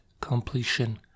completion